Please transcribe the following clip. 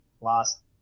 lost